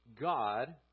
God